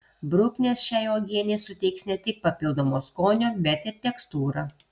bruknės šiai uogienei suteiks ne tik papildomo skonio bet ir tekstūrą